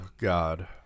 God